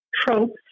tropes